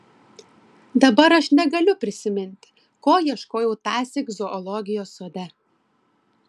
dabar aš negaliu prisiminti ko ieškojau tąsyk zoologijos sode